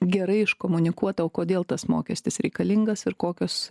gerai iškomunikuota o kodėl tas mokestis reikalingas ir kokios